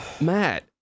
Matt